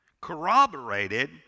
corroborated